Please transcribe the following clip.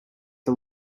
the